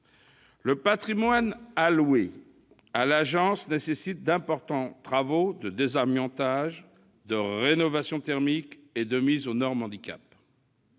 le patrimoine alloué à l'Agence nécessite d'importants travaux de désamiantage, de rénovation thermique et de mise aux normes en